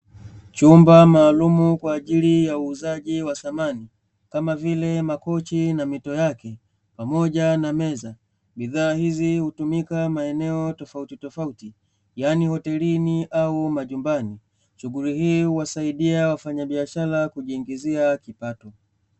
Chumba maalumu kwa ajili ya uuzaji wa samani kama vile makochi na mito yake pamoja na meza bidhaa hizi hutumika maeneo tofauti tofauti yaani hotelini au majumbani shughuli hii uwasaidie wafanyabiashara kujiingizia kipato.